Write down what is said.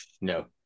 no